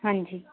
ਹਾਂਜੀ